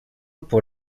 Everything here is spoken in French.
pour